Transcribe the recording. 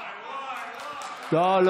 לא.